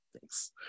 thanks